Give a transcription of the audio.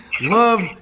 love